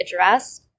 address